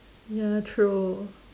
ya true